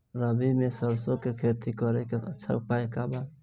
रबी में सरसो के खेती करे के सबसे अच्छा उपाय का बा?